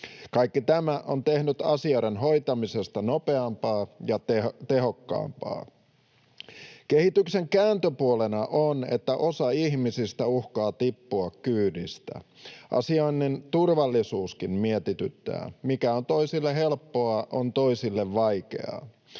Kaikki tämä on tehnyt asioiden hoitamisesta nopeampaa ja tehokkaampaa. Kehityksen kääntöpuolena on, että osa ihmisistä uhkaa tippua kyydistä. Asioinnin turvallisuuskin mietityttää: mikä on toisille helppoa, on toisille vaikeaa.